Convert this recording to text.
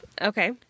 okay